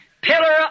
pillar